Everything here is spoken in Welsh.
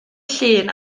llun